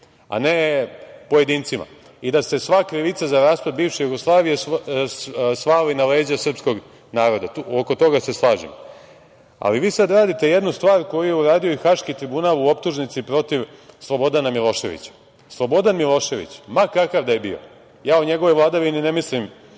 a ne pojedincima i da se sva krivica za raspad bivše Jugoslavije svali na leđa srpskog naroda. Oko toga se slažemo, ali vi sada radite jednu stvar koju je uradio i Haški tribunal u optužnici protiv Slobodana Miloševića. Slobodan Milošević, ma kakav da je bio, ja o njegovoj vladavini ne mislim